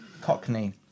Cockney